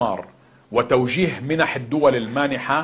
לייצר אפשרויות ולנתב את ההשקעה,